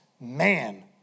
man